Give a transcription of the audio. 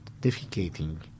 defecating